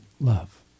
love